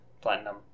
Platinum